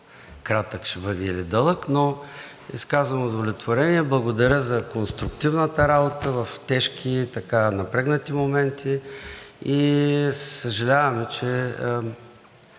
кратък ще бъде или дълъг, но изказвам удовлетворение. Благодаря за конструктивната работа в тежки, напрегнати моменти и съжаляваме, че